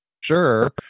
sure